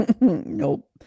Nope